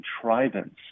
contrivance